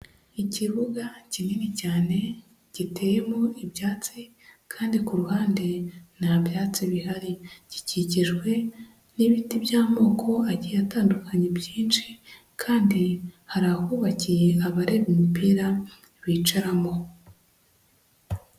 Ikibuga kinini cyane, giteyemo ibyatsi kandi ku ruhande nta byatsi bihari, gikikijwe n'ibiti by'amoko agiye atandukanye byinshi kandi hari ahubakiye abareba umupira bicaramo.